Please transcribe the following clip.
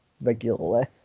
regularly